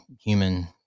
human